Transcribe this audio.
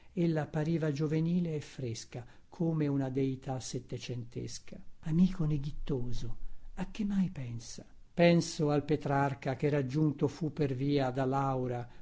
densa ella appariva giovenile e fresca come una deità settecentesca amico neghittoso a che mai pensa penso al petrarca che raggiunto fu per via da laura